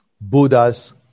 Buddhas